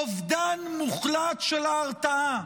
אובדן מוחלט של ההרתעה.